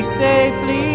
safely